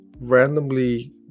randomly